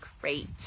great